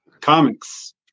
comics